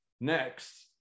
next